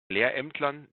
lehrämtlern